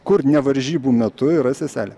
kur ne varžybų metu yra seselė